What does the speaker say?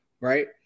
Right